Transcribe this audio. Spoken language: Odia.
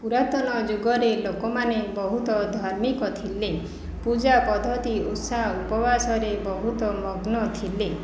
ପୁରାତନ ଯୁଗରେ ଲୋକମାନେ ବହୁତ ଧାର୍ମିକ ଥିଲେ ପୂଜା ପଦ୍ଧତି ଓଷା ଉପବାସ ରେ ବହୁତ ମଗ୍ନ ଥିଲେ